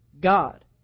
God